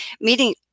meeting